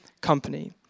company